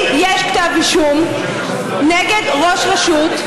אם יש כתב אישום נגד ראש רשות,